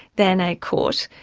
than a court,